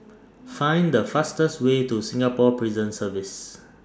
Find The fastest Way to Singapore Prison Service